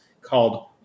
called